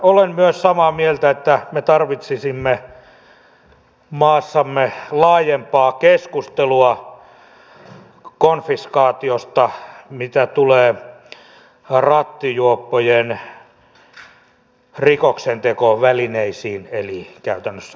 olen myös samaa mieltä että me tarvitsisimme maassamme laajempaa keskustelua konfiskaatiosta mitä tulee rattijuoppojen rikoksentekovälineisiin eli käytännössä autoihin